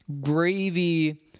gravy